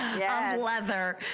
yeah leather.